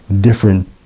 different